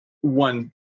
one